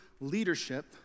leadership